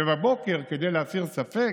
ובבוקר, כדי להסיר ספק,